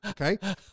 Okay